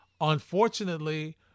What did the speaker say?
unfortunately